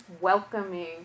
welcoming